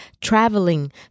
traveling